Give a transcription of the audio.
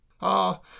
Ah